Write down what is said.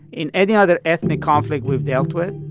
in any other ethnic conflict we've dealt with,